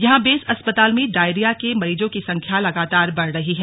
यहां बेस अस्पताल में डायरिया के मरीजों की संख्या लगातार बढ़ रही है